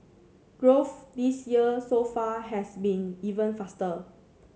growth this year so far has been even faster